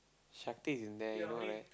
Shakti is in there you know right